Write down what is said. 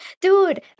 dude